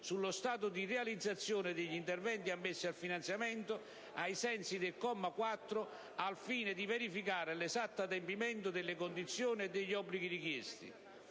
sullo stato di realizzazione degli interventi ammessi al finanziamento ai sensi del comma 4, al fine di verificare l’esatto adempimento delle condizioni e degli obblighi richiesti».